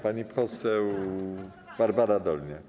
Pani poseł Barbara Dolniak.